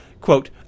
Quote